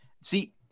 See